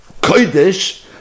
Kodesh